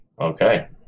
Okay